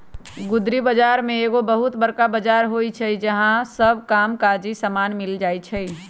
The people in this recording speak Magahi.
गुदरी बजार में एगो बहुत बरका बजार होइ छइ जहा सब काम काजी समान मिल जाइ छइ